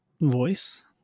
voice